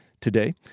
Today